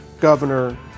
governor